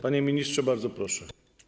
Panie ministrze, bardzo proszę.